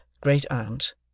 great-aunt